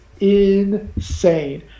insane